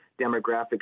demographics